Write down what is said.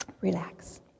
Relax